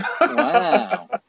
Wow